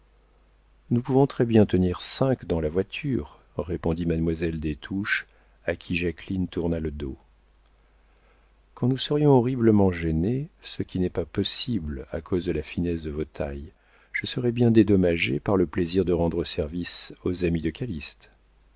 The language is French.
nous pouvons très bien tenir cinq dans la voiture répondit mademoiselle des touches à qui jacqueline tourna le dos quand nous serions horriblement gênées ce qui n'est pas possible à cause de la finesse de vos tailles je serais bien dédommagée par le plaisir de rendre service aux amis de